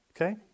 Okay